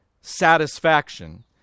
satisfaction